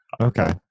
Okay